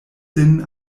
sin